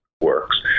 works